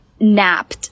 napped